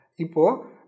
Ipo